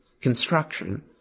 construction